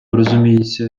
розуміється